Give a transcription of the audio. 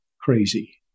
crazy